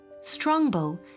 Strongbow